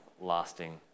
lasting